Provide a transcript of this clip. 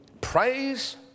praise